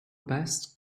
best